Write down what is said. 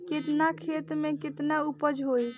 केतना खेत में में केतना उपज होई?